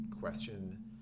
question